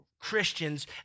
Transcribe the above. Christians